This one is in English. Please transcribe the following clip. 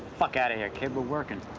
fuck outta here, kid, we're workin'.